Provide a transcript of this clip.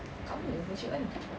kat mana Muji mana